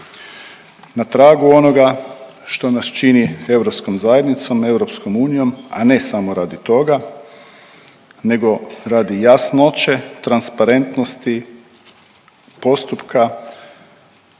Na tragu onoga što nas čini europskom zajednicom, EU, a ne samo radi toga, nego radi jasnoće, transparentnosti postupka